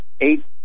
eight